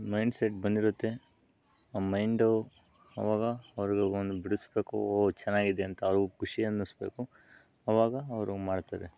mindset ಬಂದಿರುತ್ತೆ ಆ mind ಅವಾಗ ಅವ್ರಿಗೊಂದು ಬಿಡಿಸ್ಬೇಕು ಚೆನ್ನಾಗಿದೆ ಅಂತ ಅವ್ರಿಗೆ ಖುಷಿ ಅನ್ನಿಸ್ಬೇಕು ಅವಾಗ ಅವರು ಮಾಡ್ತಾರೆ